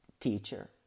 Teacher